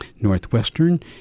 northwestern